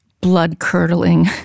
blood-curdling